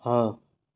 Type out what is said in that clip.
हाँ